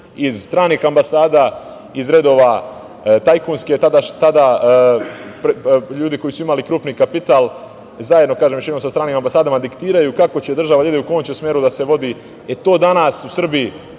iz stranih ambasada, iz redova tajkunske, tada ljudi koji su imali krupni kapital, zajedno, kažem još jednom, sa stranim ambasadama diktiraju kako će država da ide u kom će smeru da se vodi. To danas u Srbiji